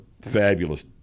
fabulous